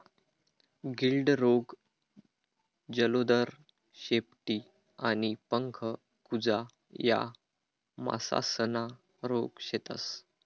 गिल्ड रोग, जलोदर, शेपटी आणि पंख कुजा या मासासना रोग शेतस